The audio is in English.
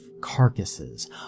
carcasses